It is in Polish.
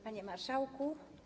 Panie Marszałku!